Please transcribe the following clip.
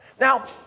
Now